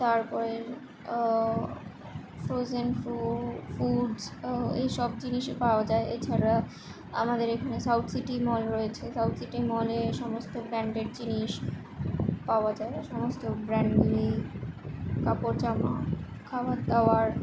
তারপরে ফ্রোজেন ফ্রু ফুডস এই সব জিনিসই পাওয়া যায় এছাড়া আমাদের এখানে সাউথ সিটি মল রয়েছে সাউথ সিটি মলে সমস্ত ব্যান্ডেড জিনিস পাওয়া যায় সমস্ত ব্রান্ডেরই কাপড়জামা খাবার দাওয়ার